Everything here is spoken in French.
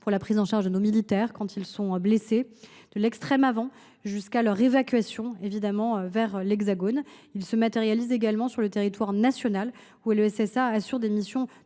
pour la prise en charge de nos militaires quand ils sont blessés, de l’extrême avant jusqu’à leur évacuation vers l’Hexagone. Il se matérialise également sur le territoire national, où le SSA assure des missions